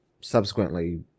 subsequently